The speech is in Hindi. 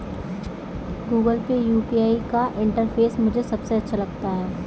गूगल पे यू.पी.आई का इंटरफेस मुझे सबसे अच्छा लगता है